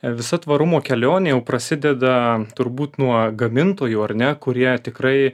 visa tvarumo kelionė jau prasideda turbūt nuo gamintojų ar ne kurie tikrai